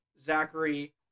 Zachary